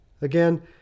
Again